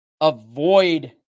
avoid